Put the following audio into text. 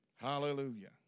Hallelujah